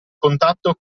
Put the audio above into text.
contatto